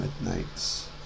midnights